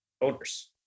owners